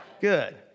Good